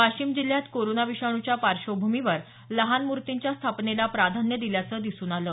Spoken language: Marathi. वाशिम जिल्ह्यात कोरोना विषाणूच्या पार्श्वभूमीवर लहान मूर्तींच्या स्थापनेला प्राधान्य दिल्याच दिसून आलं